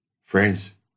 Friends